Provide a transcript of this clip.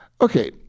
Okay